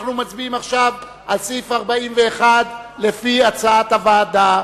אנחנו מצביעים עכשיו על סעיף 41 לפי הצעת הוועדה.